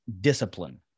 discipline